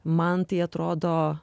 man tai atrodo